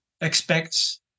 expects